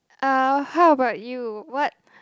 uh how about you what